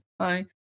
hi